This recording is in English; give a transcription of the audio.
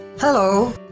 Hello